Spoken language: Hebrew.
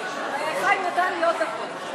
וחיים נתן לי עוד דקות.